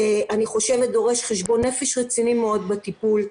ואני חושבת שדרוש חשבון נפש רציני מאוד בטיפול,